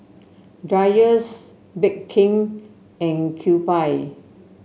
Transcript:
Dreyers Bake King and Kewpie